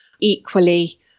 Equally